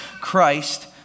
Christ